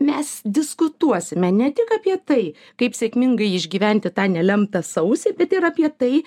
mes diskutuosime ne tik apie tai kaip sėkmingai išgyventi tą nelemtą sausį bet ir apie tai